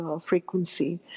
frequency